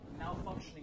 malfunctioning